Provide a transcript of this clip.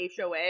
HOA